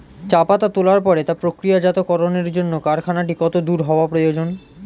চা পাতা তোলার পরে তা প্রক্রিয়াজাতকরণের জন্য কারখানাটি কত দূর হওয়ার প্রয়োজন?